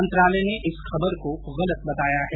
मंत्रालय ने इस खबर को गलत बताया है